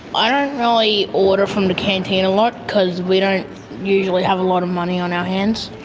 i don't really order from the canteen a lot because we don't usually have a lot of money on our hands.